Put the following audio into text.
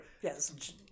Yes